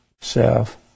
Self